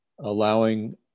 allowing